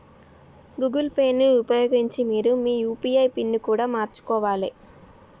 Google Pay ని ఉపయోగించి మీరు మీ యూ.పీ.ఐ పిన్ని కూడా మార్చుకోవాలే